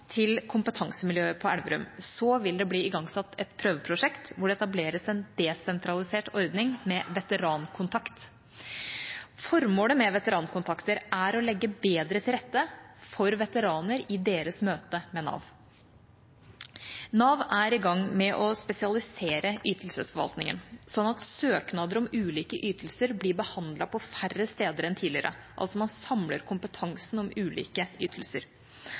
til kompetansemiljøet på Elverum vil det bli igangsatt et prøveprosjekt hvor det etableres en desentralisert ordning med veterankontakt. Formålet med veterankontakter er å legge bedre til rette for veteraner i deres møte med Nav. Nav er i gang med å spesialisere ytelsesforvaltningen, slik at søknader om ulike ytelser blir behandlet på færre steder enn tidligere, altså at man samler kompetansen om ulike ytelser.